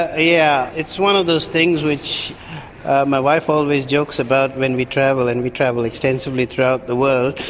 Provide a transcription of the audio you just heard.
ah yeah. it's one of those things which my wife always jokes about when we travel, and we travel extensively throughout the world.